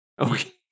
Okay